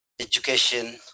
education